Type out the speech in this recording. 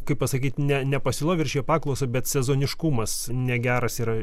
kaip pasakyt ne ne pasiūla viršijo paklausą bet sezoniškumas negeras yra